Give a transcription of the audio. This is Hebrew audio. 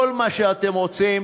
כל מה שאתם רוצים,